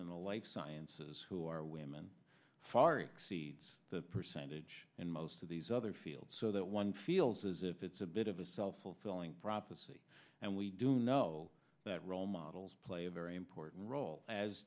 the life sciences who are women far exceeds the percentage in most of these other fields so that one feels as if it's a bit of a self fulfilling prophecy and we do know that role models play a very important role as